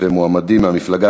ומועמדים מהמפלגה